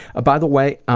by the way,